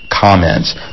comments